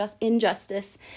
injustice